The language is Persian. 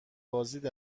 بازدید